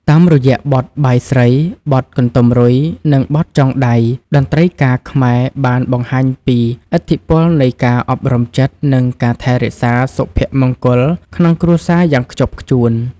តាមរយៈបទ បាយស្រី បទ កន្ទុំរុយ និងបទ ចងដៃ តន្ត្រីការខ្មែរបានបង្ហាញពីឥទ្ធិពលនៃការអប់រំចិត្ត និងការថែរក្សាសុភមង្គលក្នុងគ្រួសារយ៉ាងខ្ជាប់ខ្ជួន។